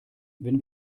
wenn